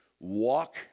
Walk